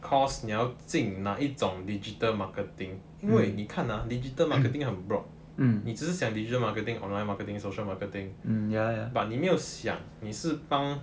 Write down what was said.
course 你要进哪一种 digital marketing 因为你看到 ah digital marketing 很 broad 你只是想 digital marketing online marketing social marketing but 你没有想你是帮